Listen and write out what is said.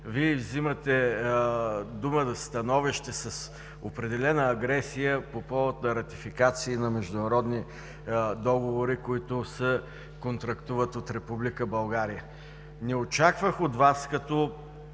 Вие взимате думата за становище с определена агресия по повод на ратификации на международни договори, които се контрактуват от Република България. Не очаквах от Вас, като